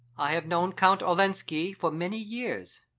i have known count olenski for many years.